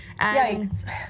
Yikes